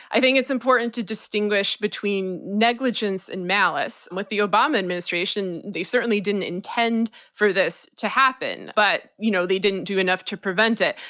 i think it's important to distinguish between negligence and malice. with the obama administration, they certainly didn't intend for this to happen. but you know, they didn't do enough to prevent it.